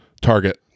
Target